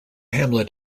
hamlet